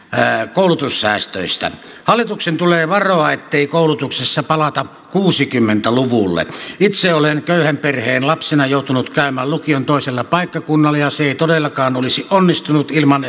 koulutussäästöistä hallituksen tulee varoa ettei koulutuksessa palata kuusikymmentä luvulle itse olen köyhän perheen lapsena joutunut käymän lukion toisella paikkakunnalla ja se ei todellakaan olisi onnistunut ilman